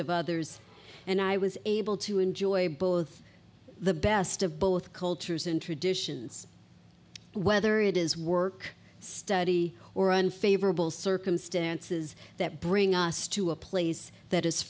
of others and i was able to enjoy both the best of both cultures and traditions whether it is work study or unfavorable circumstances that bring us to a place that is